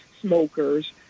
smokers